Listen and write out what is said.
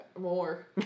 More